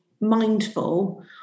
mindful